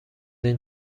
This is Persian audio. این